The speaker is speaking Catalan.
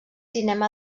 cinema